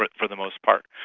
for the most part.